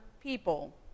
people